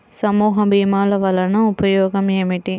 సమూహ భీమాల వలన ఉపయోగం ఏమిటీ?